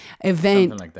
event